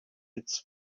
its